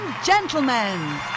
Gentlemen